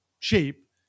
cheap